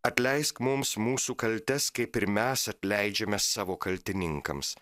atleisk mums mūsų kaltes kaip ir mes atleidžiame savo kaltininkams